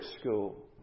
school